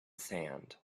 sand